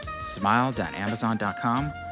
smile.amazon.com